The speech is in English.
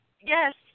yes